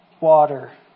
water